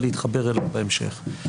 אבל להתחבר אליו בהמשך.